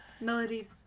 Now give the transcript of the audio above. Melody